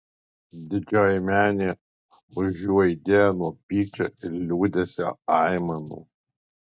didžioji menė už jų aidėjo nuo pykčio ir liūdesio aimanų